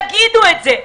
תגידו את זה,